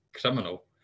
criminal